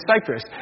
Cyprus